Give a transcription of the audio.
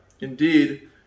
Indeed